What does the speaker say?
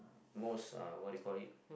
most uh what do you call it